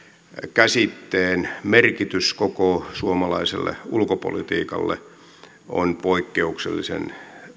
käsitteen merkitys koko suomalaiselle ulkopolitiikalle on poikkeuksellisen